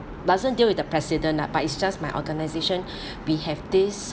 doesn't deal with the president lah but it's just my organization we have this